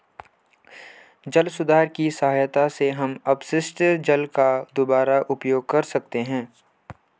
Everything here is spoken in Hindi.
जल सुधार की सहायता से हम अपशिष्ट जल का दुबारा उपयोग कर सकते हैं